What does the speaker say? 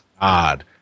God